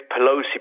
Pelosi